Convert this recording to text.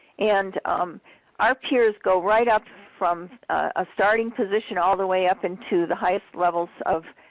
and our peers go right up from a starting position all the way up into the highest levels of